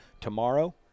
Tomorrow